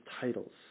titles